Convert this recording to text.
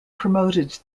promoted